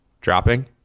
Dropping